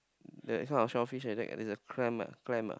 that is not a shellfish eh that is a clam eh clam ah